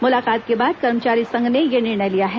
मुलाकात के बाद कर्मचारी संघ ने यह निर्णय लिया है